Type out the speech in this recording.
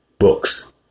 Books